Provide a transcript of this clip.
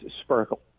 sparkle